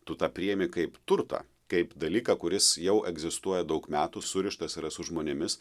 tu tą priimi kaip turtą kaip dalyką kuris jau egzistuoja daug metų surištas yra su žmonėmis